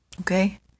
okay